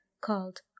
called